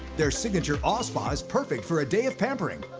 their signature awe spa is perfect for a day of pampering.